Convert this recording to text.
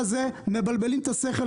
מבלבלים את השכל,